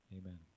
amen